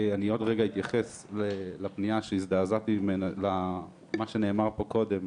אני עוד רגע אתייחס למה שנאמר פה קודם,